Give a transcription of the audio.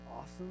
awesome